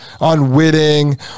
unwitting